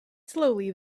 slowly